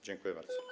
Dziękuję bardzo.